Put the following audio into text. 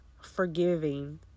forgiving